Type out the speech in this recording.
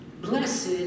Blessed